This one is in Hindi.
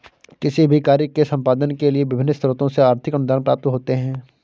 किसी भी कार्य के संपादन के लिए विभिन्न स्रोतों से आर्थिक अनुदान प्राप्त होते हैं